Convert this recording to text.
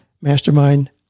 mastermind